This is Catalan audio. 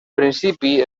principi